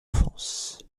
enfance